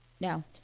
no